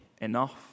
enough